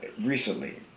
recently